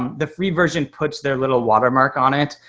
the free version puts their little watermark on it,